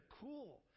cool